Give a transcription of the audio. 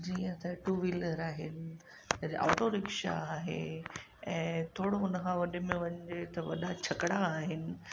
जीअं त two wheeler आहिनि ऑटोरिक्शा आहे ऐं थोरो उन खां वॾे में वॾो वॾा छकड़ा आहिनि